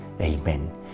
Amen